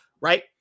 right